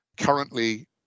currently